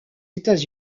états